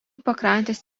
pakrantės